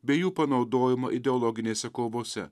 bei jų panaudojimą ideologinėse kovose